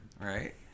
Right